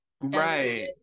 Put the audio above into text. right